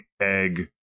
egg